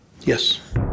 Yes